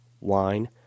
wine